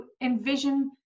envision